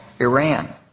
Iran